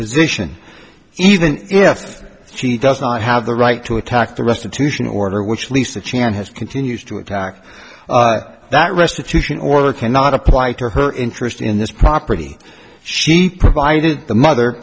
position even if she does not have the right to attack the restitution order which lisa chan has continues to attack that restitution order cannot apply to her interest in this property she provided the mother